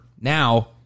Now